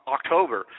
October